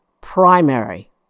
primary